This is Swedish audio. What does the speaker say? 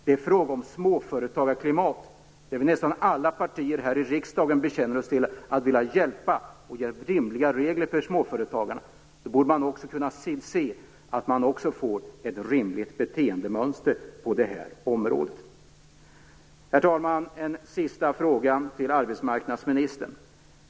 Det är fråga om ett småföretagarklimat där nästan alla partier här i riksdagen bekänner sig till att vilja hjälpa till, och ge rimliga regler till småföretagarna. Man borde då också kunna se till att det blir ett rimligt beteendemönster på det här området. Herr talman! Jag har en sista fråga till arbetsmarknadsministern.